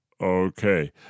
okay